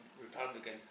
Republican